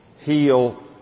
heal